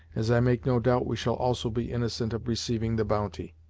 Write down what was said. as i make no doubt we shall also be innocent of receiving the bounty.